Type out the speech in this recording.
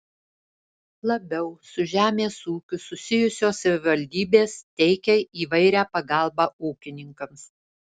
labiau su žemės ūkiu susijusios savivaldybės teikia įvairią pagalbą ūkininkams